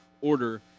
order